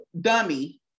dummy